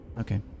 Okay